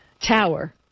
tower